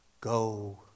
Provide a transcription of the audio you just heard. go